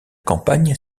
campagne